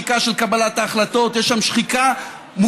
יש שם שחיקה של קבלת ההחלטות,